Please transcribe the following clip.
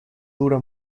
dura